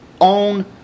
own